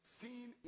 seen